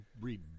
read